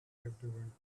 everyone